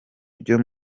ryo